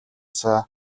илүү